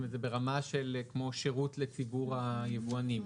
זה ברמה של כמו שירות לציבור היבואנים,